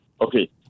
Okay